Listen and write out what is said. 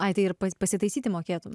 ai tai ir pasitaisyti mokėtum